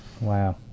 Wow